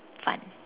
fun